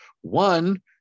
one